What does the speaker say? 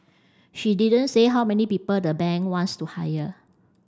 she didn't say how many people the bank wants to hire